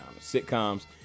sitcoms